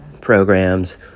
programs